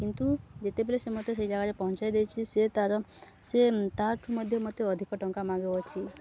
କିନ୍ତୁ ଯେତେବେଳେ ସେ ମୋତେ ସେଇ ଜାଗାରେ ପହଞ୍ଚାଇ ଦେଇଛିି ସେ ତା'ର ସେ ତା'ଠୁ ମଧ୍ୟ ମୋତେ ଅଧିକ ଟଙ୍କା ମାଗୁଅଛି